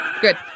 Good